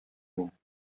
мин